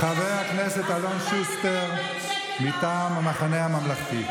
חבר הכנסת אלון שוסטר מטעם המחנה הממלכתי.